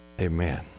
Amen